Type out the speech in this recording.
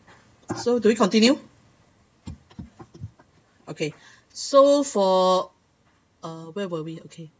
so do we continue okay so for uh where were we okay